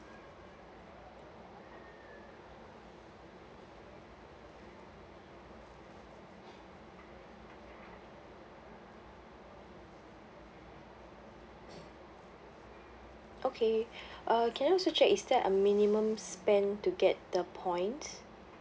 okay err can I also check is there a minimum spend to get the points